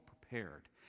prepared